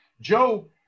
Joe